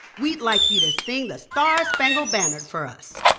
we'd like you to sing the star-spangled banner for us